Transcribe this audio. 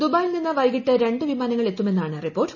ദുബായിൽ നിന്ന് വൈകിട്ട് രണ്ട് വിമാനങ്ങൾ എത്തുമെന്നാണ് റിപ്പോർട്ട്